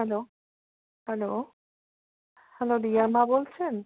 hello hello hello রিয়ার মা বলছেন